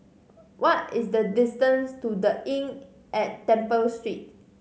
what is the distance to The Inn at Temple Street